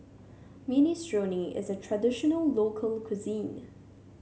minestrone is a traditional local cuisine